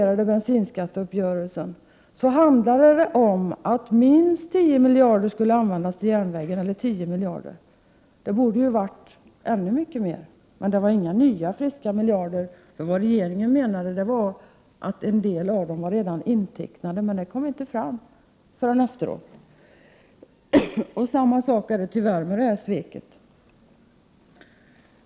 Jag vet att Skinnskatteuppgörelsen handlade om att minst 10 miljarder skulle användas till järnvägarna. Det borde ha varit ännu mer. Men det var inte några nya friska miljarder. Vad regeringen menade var att en del av dessa redan var intecknade, men det framkom inte förrän efteråt. Detsamma är det tyvärr med det här sveket.